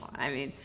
i mean,